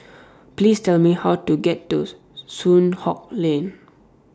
Please Tell Me How to get to Soon Hock Lane